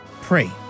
Pray